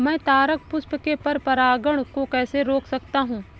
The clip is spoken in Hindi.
मैं तारक पुष्प में पर परागण को कैसे रोक सकता हूँ?